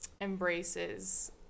embraces